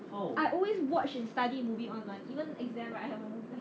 I always watch and study movie online even exam right I have a movie